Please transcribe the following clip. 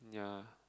yeah